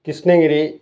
Krishnagiri